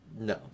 No